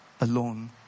alone